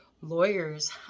lawyers